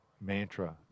mantra